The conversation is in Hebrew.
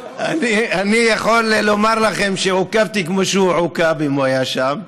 אני יכול לומר לכם שעוכבתי כמו שהוא היה מעוכב אם הוא היה שם.